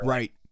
Right